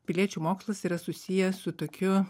piliečių mokslas yra susijęs su tokiu